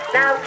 now